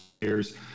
years